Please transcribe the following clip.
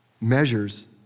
measures